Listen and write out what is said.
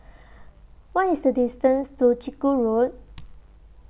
What IS The distance to Chiku Road